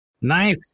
Nice